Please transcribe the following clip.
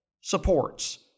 supports